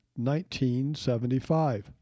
1975